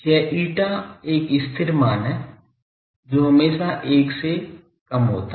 यह eta एक स्थिर मान है जो हमेशा 1 से कम होता है